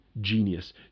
genius